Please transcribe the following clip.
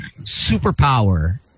superpower